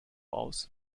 aus